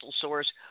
source